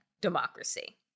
democracy